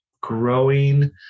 growing